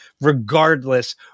Regardless